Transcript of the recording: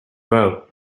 vote